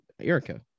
Erica